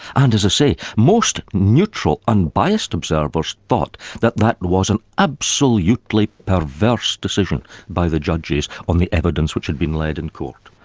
and as i say, most neutral, unbiased observers thought that that was an absolutely perverse decision by the judges on the evidence which had been led in court.